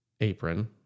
apron